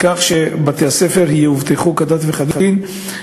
לכך שבתי-הספר יאובטחו כדת וכדין,